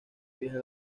vieja